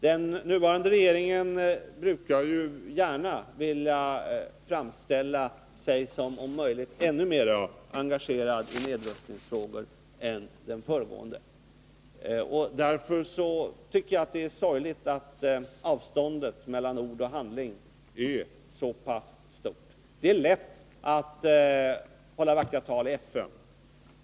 Den nuvarande regeringen brukar ju gärna vilja framställa sig som om möjligt ännu mera engagerad i nedrustningsfrågor än den föregående. Därför tycker jag att det är sorgligt att avståndet mellan ord och handling är så pass stort. Det är lätt att hålla vackra tal i FN.